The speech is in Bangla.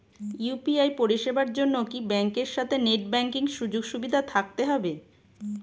ইউ.পি.আই পরিষেবার জন্য কি ব্যাংকের সাথে নেট ব্যাঙ্কিং সুযোগ সুবিধা থাকতে হবে?